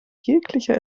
jeglicher